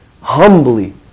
humbly